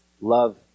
love